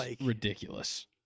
ridiculous